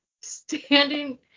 standing